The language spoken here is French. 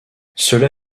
cela